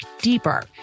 deeper